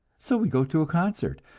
so we go to a concert.